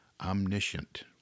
omniscient